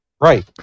Right